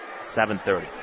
7.30